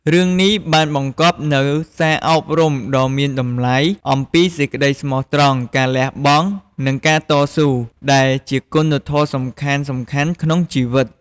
រឿងនេះបានបង្កប់នូវ សារអប់រំដ៏មានតម្លៃអំពីសេចក្តីស្មោះត្រង់ ការលះបង់ និងការតស៊ូ ដែលជាគុណធម៌សំខាន់ៗក្នុងជីវិត។